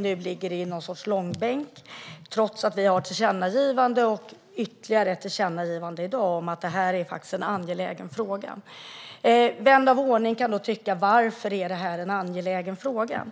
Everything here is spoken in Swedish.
Nu ligger frågan i en sorts långbänk trots att det finns ett tillkännagivande och kommer att göras ytterligare ett tillkännagivande i dag om att detta är en angelägen fråga. Vän av ordning kan då undra varför detta är en angelägen fråga.